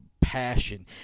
passion